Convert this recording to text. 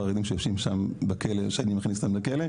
החרדים שיושבים שם שאני מכניס אותם לכלא.